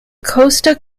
costa